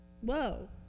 Whoa